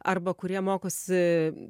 arba kurie mokosi